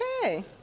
Okay